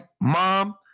mom